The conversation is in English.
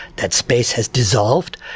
that space has dissolved,